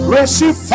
Receive